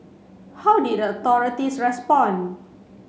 how did the authorities respond